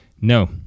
No